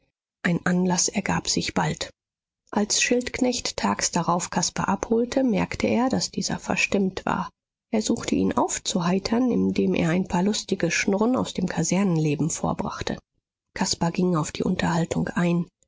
ein anlaß ergab sich bald als schildknecht tags darauf caspar abholte merkte er daß dieser verstimmt war er suchte ihn aufzuheitern indem er ein paar lustige schnurren aus dem kasernenleben vorbrachte caspar ging auf die unterhaltung ein